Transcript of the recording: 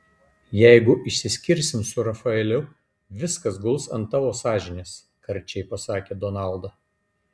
jeigu išsiskirsim su rafaeliu viskas guls ant tavo sąžinės karčiai pasakė donalda